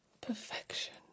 perfection